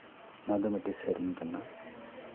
ᱱᱚᱣᱟ ᱫᱚ ᱢᱤᱫᱴᱮᱡ ᱥᱮᱹᱨᱮᱹᱧ ᱠᱟᱱᱟ